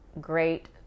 great